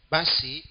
Basi